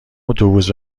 اتوبوس